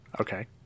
okay